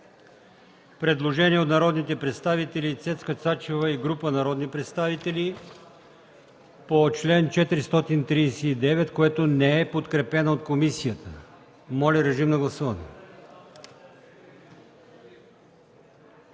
предложение от народния представител Цецка Цачева и група народни представители, което не е подкрепено от комисията по т. 2. Моля, режим на гласуване.